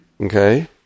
Okay